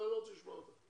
אני לא רוצה לשמוע אותה.